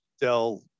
Dell